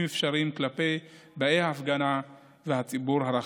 אפשריים כלפי באי ההפגנה והציבור הרחב,